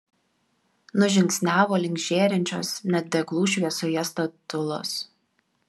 nužingsniavo link žėrinčios net deglų šviesoje statulos